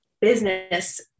business